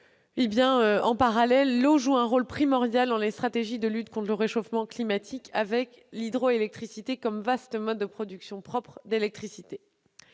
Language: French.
En parallèle, l'eau joue un rôle primordial dans les stratégies de lutte contre le réchauffement climatique avec l'hydroélectricité comme vaste mode de production propre d'électricité.